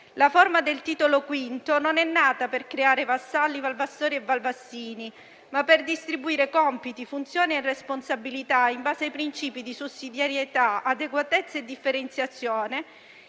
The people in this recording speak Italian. La riforma del Titolo V non è nata per creare vassalli, valvassori e valvassini, ma per distribuire compiti, funzioni e responsabilità in base ai principi di sussidiarietà, adeguatezza e differenziazione,